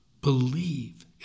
Believe